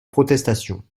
protestation